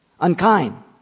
unkind